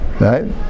right